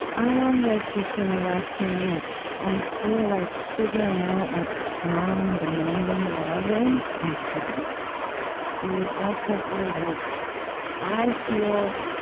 i want to, just in the last few minutes i feel like figuring out what strong, demanding love is in public is also our work i feel,